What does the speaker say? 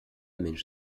mensch